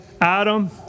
Adam